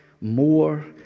more